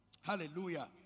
Hallelujah